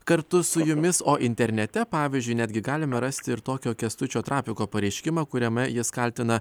kartu su jumis o internete pavyzdžiui netgi galime rasti ir tokio kęstučio trapiuko pareiškimą kuriame jis kaltina